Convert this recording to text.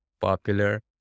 popular